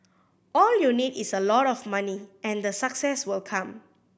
all you need is a lot of money and the success will come